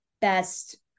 best